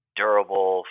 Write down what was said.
durable